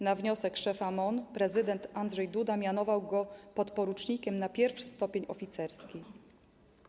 Na wniosek szefa MON prezydent Andrzej Duda mianował go podporucznikiem na pierwszy stopień oficerski.